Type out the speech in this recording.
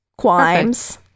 Quimes